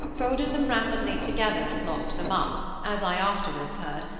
folded them rapidly together and locked them up, as i afterwards heard,